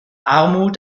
armut